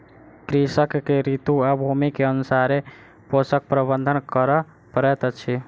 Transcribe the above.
कृषक के ऋतू आ भूमि के अनुसारे पोषक प्रबंधन करअ पड़ैत अछि